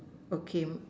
okay